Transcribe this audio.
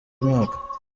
mwaka